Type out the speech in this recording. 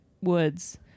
Woods